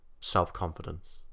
self-confidence